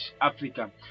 Africa